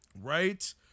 Right